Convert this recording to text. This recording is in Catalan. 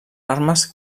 armes